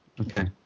Okay